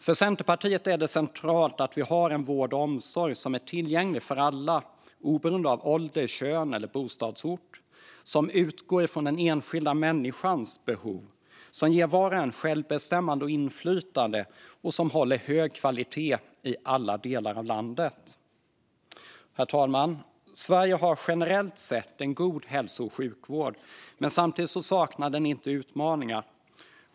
För Centerpartiet är det centralt att vi har en vård och omsorg som är tillgänglig för alla oberoende av ålder, kön eller bostadsort, som utgår från den enskilda människans behov, som ger var och en självbestämmande och inflytande och som håller hög kvalitet i alla delar av landet. Herr talman! Sverige har generellt sett en god hälso och sjukvård, men den saknar inte utmaningar.